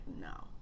no